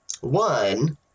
One